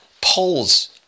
polls